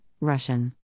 Russian